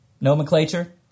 nomenclature